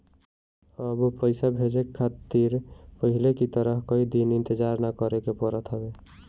अब पइसा भेजे खातिर पहले की तरह कई दिन इंतजार ना करेके पड़त हवे